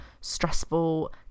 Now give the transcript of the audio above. stressful